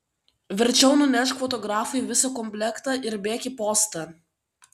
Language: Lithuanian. verčiau nunešk fotografui visą komplektą ir bėk į postą